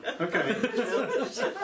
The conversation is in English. Okay